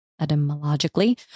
etymologically